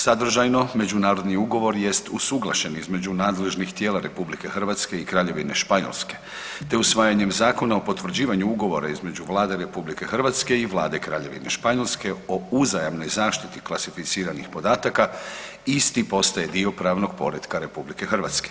Sadržajno, međunarodni ugovor jest usuglašen između nadležnih tijela RH i Kraljevine Španjolske te usvajanjem Zakona o potvrđivanju međunarodnog ugovora između Vlade RH i Vlade Kraljevine Španjolske o uzajamnoj zaštiti klasificiranih podataka, isti postaje dio pravnog poretka RH.